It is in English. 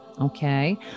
Okay